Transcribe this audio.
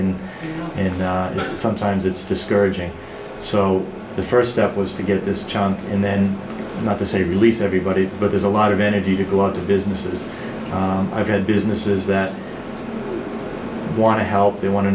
it sometimes it's discouraging so the first step was to get this chunk and then not to say the least everybody but there's a lot of energy to go out to businesses i've had businesses that want to help they want to